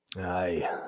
Aye